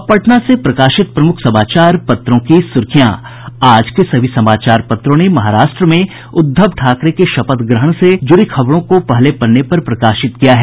अब पटना से प्रकाशित प्रमुख समाचार पत्रों की सुर्खियां आज के सभी समाचार पत्रों ने महाराष्ट्र में उद्धव ठाकरे के शपथ ग्रहण समारोह से जुड़ी खबरों को पहले पन्ने पर प्रकाशित किया है